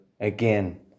again